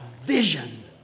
vision